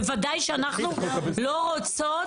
בוודאי שאנחנו לא רוצות,